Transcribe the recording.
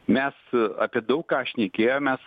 mes apie daug ką šnekėjomės